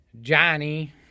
Johnny